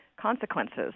consequences